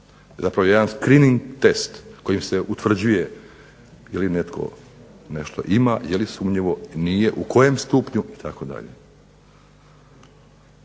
zapravo jedan scrinig test kojim se utvrđuje jeli netko nešto ima, jeli sumnjivo, nije, u kojem stupnju itd.